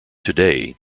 today